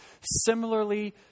similarly